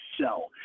sell